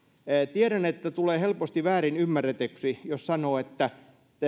tiedän että tulee helposti väärinymmärretyksi jos sanoo että